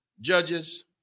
Judges